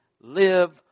live